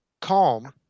calm